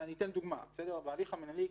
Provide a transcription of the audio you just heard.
אני אביא דוגמה בהליך המינהלי.